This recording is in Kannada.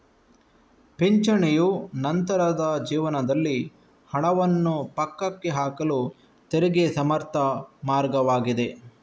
ಪಿಂಚಣಿಯು ನಂತರದ ಜೀವನದಲ್ಲಿ ಹಣವನ್ನು ಪಕ್ಕಕ್ಕೆ ಹಾಕಲು ತೆರಿಗೆ ಸಮರ್ಥ ಮಾರ್ಗವಾಗಿದೆ